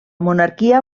monarquia